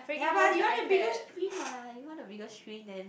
ya but you want the bigger screen what you want the bigger screen then